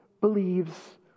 believes